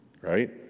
right